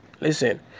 Listen